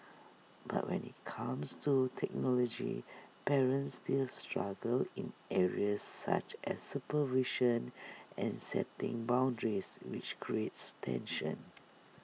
but when IT comes to technology parents still struggle in areas such as supervision and setting boundaries which creates tension